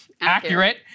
accurate